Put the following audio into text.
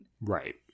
Right